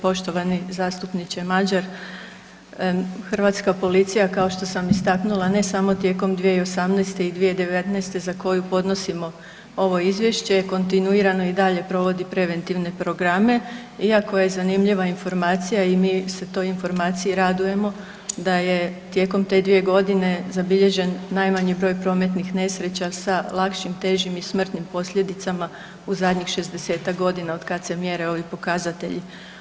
Poštovani zastupniče Mažar, hrvatska policija kao što sam istaknula ne samo tijekom 2018. i 2019. za koju podnosimo ovo izvješće, kontinuirano i dalje provodi preventivne programe iako je zanimljiva informacija i mi se toj informaciji radujemo da je tijekom te 2.g. zabilježen najmanji broj prometnih nesreća sa lakšim, težim i smrtnim posljedicama u zadnjih 60-tak godina otkad se mjere ovi pokazatelji.